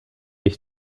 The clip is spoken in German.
ich